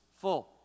full